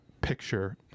picture